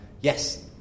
Yes